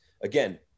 again